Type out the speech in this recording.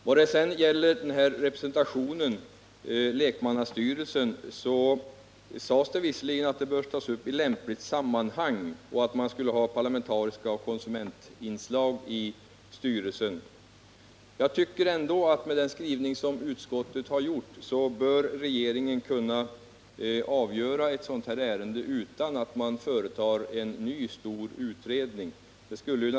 Vad sedan gäller representationen i lekmannastyrelsen för försäkringsinspektionen sades det visserligen i svaret att frågan bör tas upp till prövning i ett lämpligt sammanhang och att det skulle finnas parlamentariskt inslag av representanter för konsumenterna i styrelsen. Jag tycker ändå att efter den skrivning som näringsutskottet har gjort bör regeringen kunna avgöra ett sådant ärende utan att en ny stor utredning behöver företas.